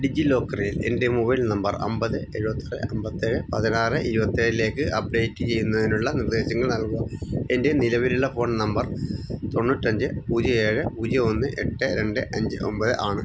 ഡിജിലോക്കറിൽ എന്റെ mobile number അമ്പത് എഴുപത്താറ് അമ്പത്തേഴ് പതിനാറ് ഇരുപത്തേഴിലേക്ക് അപ്ഡേറ്റ് ചെയ്യുന്നതിനുള്ള നിർദ്ദേശങ്ങൾ നൽകുക എൻ്റെ നിലവിലുള്ള ഫോൺ നമ്പർ തൊണ്ണൂറ്റഞ്ച് പൂജ്യം ഏഴ് പൂജ്യം ഒന്ന് എട്ട് രണ്ട് അഞ്ച് ഒമ്പത് ആണ്